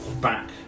back